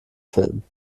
filmen